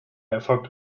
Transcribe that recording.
erfolgte